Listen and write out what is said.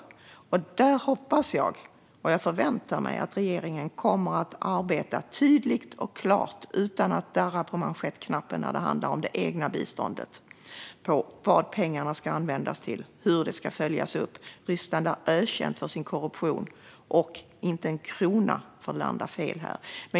Jag hoppas och förväntar mig att regeringen kommer att arbeta tydligt och klart utan att darra på manschettknappen när det gäller vad pengarna ska användas till och hur det ska följas upp. Ryssland är ökänt för sin korruption, och inte en krona får landa fel.